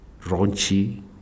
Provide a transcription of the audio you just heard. raunchy